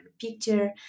picture